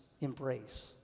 embrace